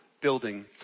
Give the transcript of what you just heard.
building